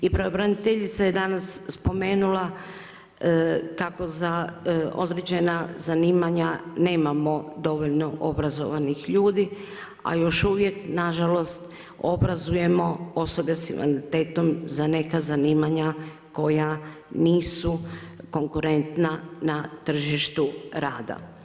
I pravobraniteljica je danas spomenula kako za određena zanimanja nemamo dovoljno obrazovanih ljudi a još uvijek nažalost obrazujemo osobe sa invaliditetom za neka zanimanja koja nisu konkurentna na tržištu rada.